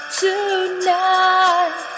tonight